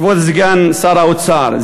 כבוד סגן שר האוצר,